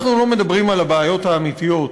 אנחנו לא מדברים על הבעיות האמיתיות,